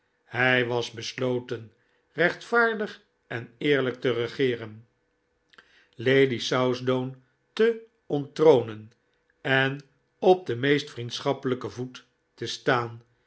hij was besloten rechtvaardig en eerlijk te regeeren lady southdown te onttronen en op den meest vriendschappelijken voet te staan